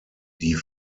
die